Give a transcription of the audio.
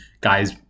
guys